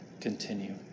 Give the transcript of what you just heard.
continue